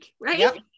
right